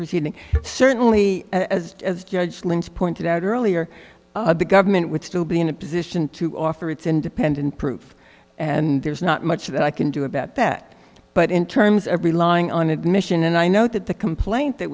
proceeding certainly as as judge lynch pointed out earlier the government would still be in a position to offer its independent proof and there's not much that i can do about that but in terms of relying on admission and i note that the complaint that